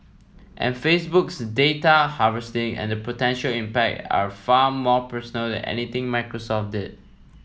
and Facebook's data harvesting and the potential impact are far more personal than anything Microsoft did